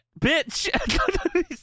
Bitch